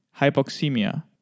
hypoxemia